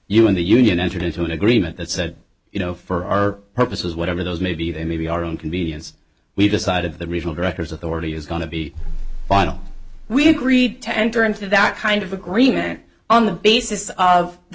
in the union entered into an agreement that said you know for our purposes whatever those may be they may be our own convenience we decided the regional directors authority is going to be final we agreed to enter into that kind of agreement on the basis of the